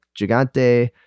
Gigante